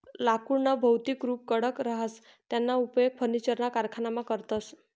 लाकुडनं भौतिक रुप कडक रहास त्याना उपेग फर्निचरना कारखानामा करतस